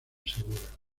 segura